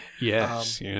Yes